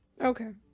Okay